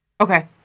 Okay